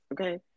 okay